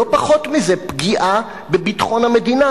לא פחות מזה: פגיעה בביטחון המדינה,